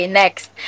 next